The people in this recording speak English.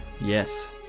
Yes